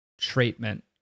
treatment